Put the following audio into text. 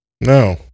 no